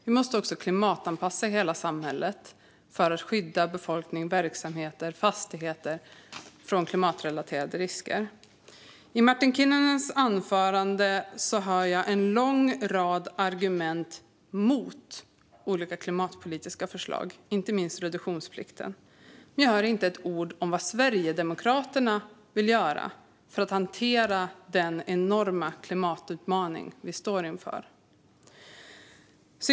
Vi måste också klimatanpassa hela samhället för att skydda befolkningen, verksamheter och fastigheter från klimatrelaterade risker. I Martin Kinnunens anförande hör jag en lång rad argument mot olika klimatpolitiska förslag och inte minst reduktionsplikten. Men jag hör inte ett ord om vad Sverigedemokraterna vill göra för att hantera den enorma klimatutmaning vi står inför.